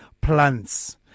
plants